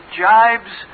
jibes